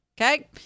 okay